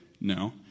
No